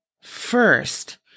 first